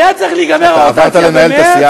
הייתה צריכה להיגמר הרוטציה במרס,